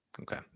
Okay